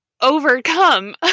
overcome